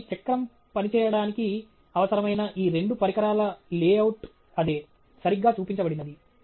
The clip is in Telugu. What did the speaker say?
కాబట్టి చక్రం పనిచేయడానికి అవసరమైన ఈ రెండు పరికరాల లేఅవుట్ అదే సరిగ్గా చూపించబడినది